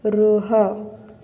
ରୁହ